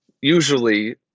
usually